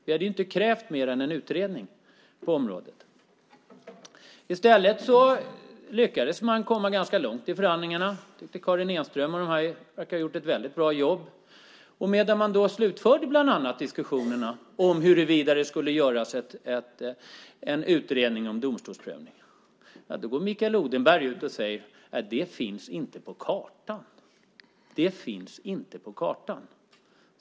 Vi krävde inte mer än en utredning på området. I stället lyckades man komma ganska långt i förhandlingarna. Karin Enström med flera har gjort ett mycket bra jobb. Medan man slutförde diskussionerna huruvida det skulle göras en utredning om domstolsprövning gick Mikael Odenberg ut och sade att det inte finns på kartan. Det finns inte på kartan!